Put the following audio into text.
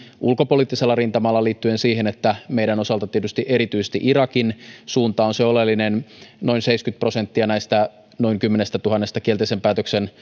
ulkopoliittisella rintamalla liittyen siihen että meidän osaltamme tietysti erityisesti irakin suunta on se oleellinen noin seitsemänkymmentä prosenttia näistä noin kymmenestätuhannesta kielteisen päätöksen